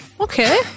Okay